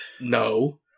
no